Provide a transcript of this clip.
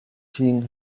king